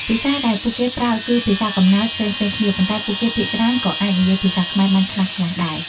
ភាសាដែលពួកគេប្រើគឺ ភាសាកំណើត ផ្សេងៗគ្នា ប៉ុន្តែពួកគេភាគច្រើនក៏អាចនិយាយភាសាខ្មែរបានខ្លះៗដែរ។